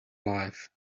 life